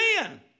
men